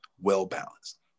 well-balanced